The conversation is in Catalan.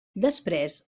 després